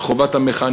חובת המחאה,